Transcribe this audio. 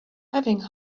having